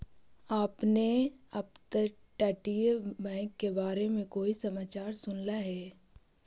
आपने अपतटीय बैंक के बारे में कोई समाचार सुनला हे